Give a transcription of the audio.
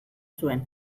zuen